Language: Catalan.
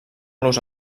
los